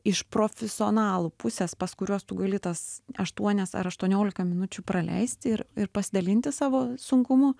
iš profesionalų pusės pas kuriuos tu gali tas aštuonias ar aštuoniolika minučių praleisti ir ir pasidalinti savo sunkumu